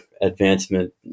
advancement